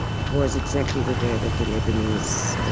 it was exactly the day that the lebanese